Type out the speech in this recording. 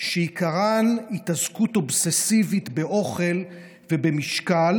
שעיקרן התעסקות אובססיבית באוכל ובמשקל,